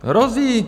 Hrozí!